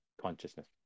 consciousness